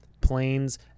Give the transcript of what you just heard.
planes